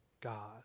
God